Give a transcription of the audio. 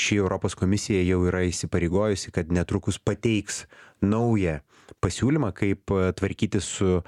ši europos komisija jau yra įsipareigojusi kad netrukus pateiks naują pasiūlymą kaip tvarkytis su